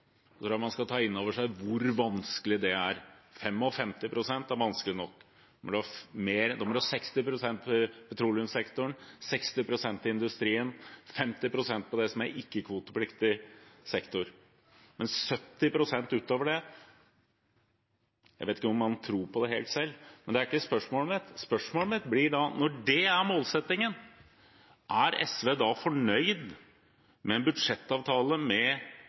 jeg man skal ta inn over seg hvor vanskelig det er. 55 pst. er vanskelig nok. Da må man ha 60 pst. kutt i petroleumssektoren, 60 pst. kutt i industrien og 50 pst. i det som er ikke-kvotepliktig sektor. Men 70 pst. kutt – jeg vet ikke om de tror på det helt selv. Men det er ikke spørsmålet mitt. Spørsmålet mitt er: Når det er målsettingen, er SV da fornøyd med en budsjettavtale med